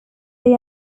they